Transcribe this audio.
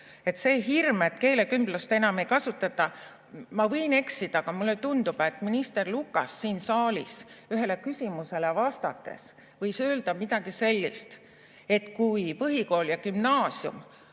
See hirm, et keelekümblust enam ei kasutata ... Ma võin eksida, aga mulle tundub, et minister Lukas siin saalis ühele küsimusele vastates võis öelda midagi sellist, et kui põhikool ja gümnaasium